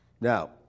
Now